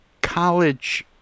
College